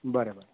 बरें बरें